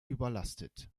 überlastet